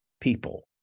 people